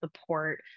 support